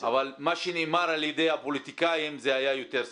אבל מה שנאמר על ידי הפוליטיקאים זה היה יותר סיפורים.